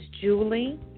julie